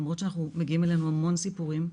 למרות שמגיעים אלינו המון סיפורים.